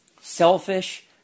selfish